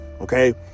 okay